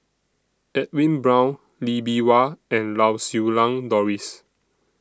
Edwin Brown Lee Bee Wah and Lau Siew Lang Doris